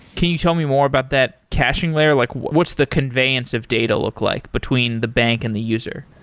can you tell me more about that caching layer? like what's the conveyance of data look like between the bank and the user?